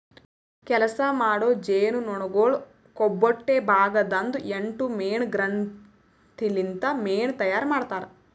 ಕೆಲಸ ಮಾಡೋ ಜೇನುನೊಣಗೊಳ್ ಕೊಬ್ಬೊಟ್ಟೆ ಭಾಗ ದಾಂದು ಎಂಟು ಮೇಣ ಗ್ರಂಥಿ ಲಿಂತ್ ಮೇಣ ತೈಯಾರ್ ಮಾಡ್ತಾರ್